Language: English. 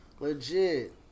legit